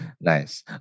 Nice